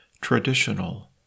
traditional